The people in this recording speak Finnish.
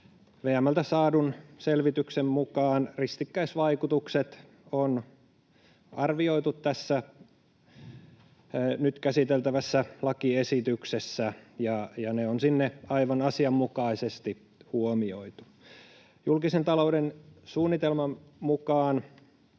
VM:ltä saadun selvityksen mukaan ristikkäisvaikutukset on arvioitu tässä nyt käsiteltävässä lakiesityksessä ja ne on siellä aivan asianmukaisesti huomioitu. Julkisen talouden suunnitelman mukaan